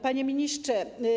Panie Ministrze!